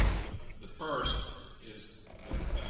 the the first is that